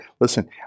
listen